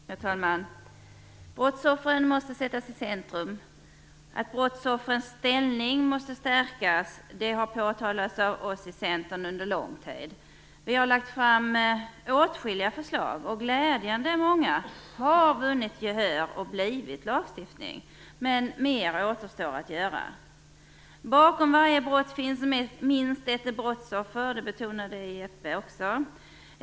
Herr talman! Brottsoffren måste sättas i centrum. Att brottsoffrens ställning måste stärkas har påpekats av oss i Centern under lång tid. Vi har lagt fram åtskilliga förslag, och glädjande många har vunnit gehör och blivit lagstiftning. Men mer återstår att göra. Bakom varje brott finns minst ett brottsoffer - det betonade också Jeppe Johnsson.